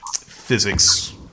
physics